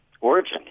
origin